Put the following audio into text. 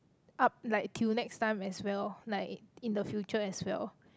up like till next time as well like in the future as well